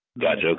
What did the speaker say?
Gotcha